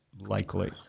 likely